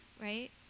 Right